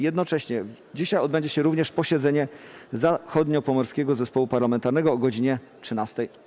Jednocześnie dzisiaj odbędzie się również posiedzenie Zachodniopomorskiego Zespołu Parlamentarnego o godz. 13.